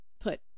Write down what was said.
put